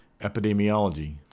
Epidemiology